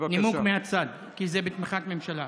נימוק מהצד, כי זה בתמיכת ממשלה.